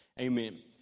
amen